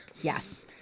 Yes